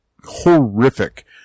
horrific